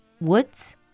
woods